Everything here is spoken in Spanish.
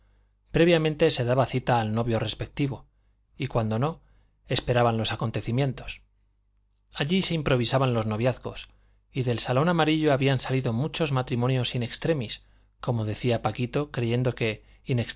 previamente se daba cita al novio respectivo y cuando no esperaban los acontecimientos allí se improvisaban los noviazgos y del salón amarillo habían salido muchos matrimonios in extremis como decía paquito creyendo que